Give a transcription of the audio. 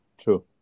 True